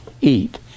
eat